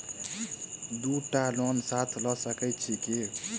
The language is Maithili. दु टा लोन साथ लऽ सकैत छी की?